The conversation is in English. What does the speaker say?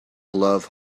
love